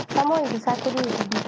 some more it is saturday